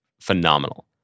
phenomenal